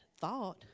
thought